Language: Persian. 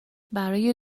برای